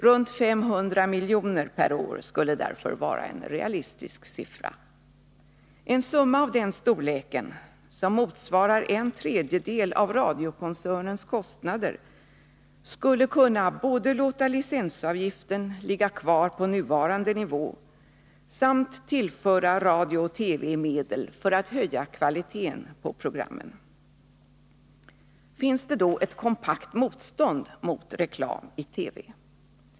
Runt 500 milj.kr. per år skulle därför vara en realistisk siffra. En summa av den storleken, som motsvarar en tredjedel av radiokoncernens kostnader, skulle innebära att man skulle kunna både låta licensavgiften ligga kvar på nuvarande nivå samt tillföra radio och TV medel för att höja kvaliteten på programmen. Finns det då ett kompakt motstånd mot reklam i TV?